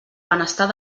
benestar